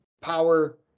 power